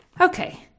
Okay